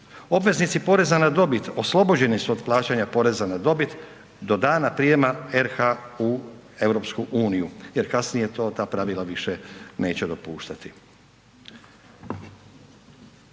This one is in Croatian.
obveznici poreza na dobit oslobođeni su od plaćanja poreza na dobit do dana prijema RH u EU jer kasnije to ta pravila više neće dopuštati.